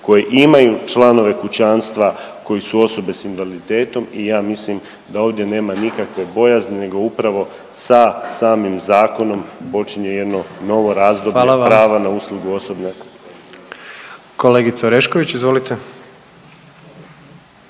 koji imaju članove kućanstva koji su osobe s invaliditetom i ja mislim da ovdje nema nikakve bojazni nego upravo sa samim zakonom počinje jedno novo razdoblje…/Upadica predsjednik: Hvala